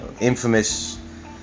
infamous